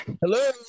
Hello